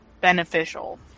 beneficial